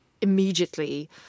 Immediately